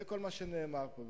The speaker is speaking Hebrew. זה כל מה שנאמר פה.